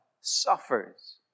suffers